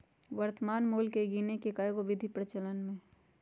वर्तमान मोल के गीने के कएगो विधि चलन में हइ